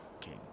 king